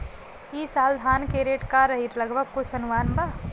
ई साल धान के रेट का रही लगभग कुछ अनुमान बा?